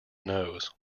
nose